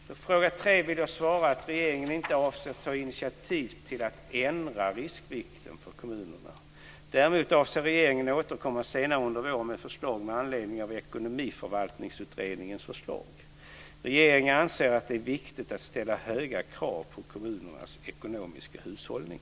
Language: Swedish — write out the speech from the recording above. På fråga 3 vill jag svara att regeringen inte avser att ta initiativ till att ändra riskvikten för kommunerna. Däremot avser regeringen att återkomma senare under våren med förslag med anledning av Ekonomiförvaltningsutredningens förslag. Regeringen anser att det är viktigt att ställa höga krav på kommunernas ekonomiska hushållning.